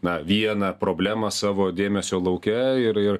na vieną problemą savo dėmesio lauke ir ir